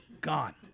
Gone